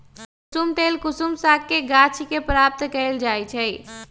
कुशुम तेल कुसुम सागके गाछ के प्राप्त कएल जाइ छइ